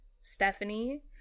Stephanie